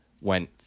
went